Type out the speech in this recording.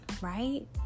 Right